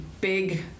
big